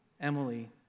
Emily